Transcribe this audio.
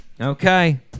Okay